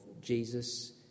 Jesus